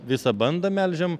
visą bandą melžiam